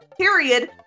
period